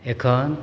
ଏକ